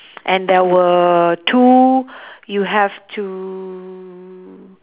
and there were two you have to